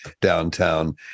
downtown